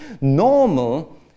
normal